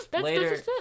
later